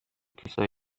کسایی